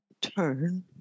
turn